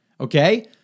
Okay